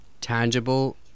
tangible